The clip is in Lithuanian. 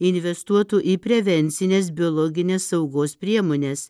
investuotų į prevencines biologinės saugos priemones